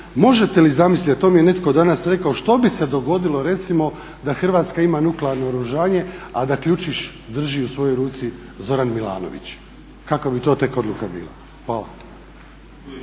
Možete li zamisliti, a to mi je netko danas rekao, što bi se dogodilo recimo da Hrvatska ima nuklearno naoružanje a da ključić drži u svojoj ruci Zoran Milanović? Kakva bi to tek odluka bila? Hvala.